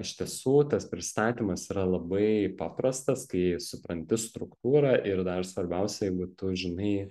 iš tiesų tas pristatymas yra labai paprastas kai supranti struktūrą ir dar svarbiausia jeigu tu žinai